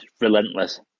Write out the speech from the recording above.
relentless